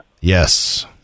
Yes